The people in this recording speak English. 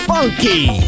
Funky